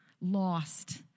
lost